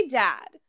dad